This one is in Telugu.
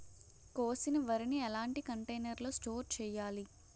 కోసిన వరిని ఎలాంటి కంటైనర్ లో స్టోర్ చెయ్యాలి?